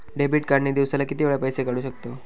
Debit card ने दिवसाला किती वेळा पैसे काढू शकतव?